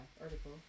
article